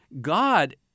God